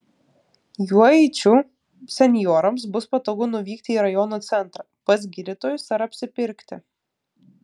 juo eičių senjorams bus patogu nuvykti į rajono centrą pas gydytojus ar apsipirkti